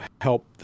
help